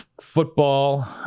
football